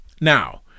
now